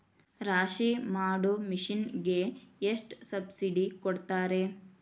ರಾಶಿ ಮಾಡು ಮಿಷನ್ ಗೆ ಎಷ್ಟು ಸಬ್ಸಿಡಿ ಕೊಡ್ತಾರೆ?